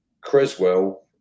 Creswell